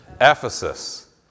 Ephesus